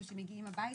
או כשמגיעים הביתה,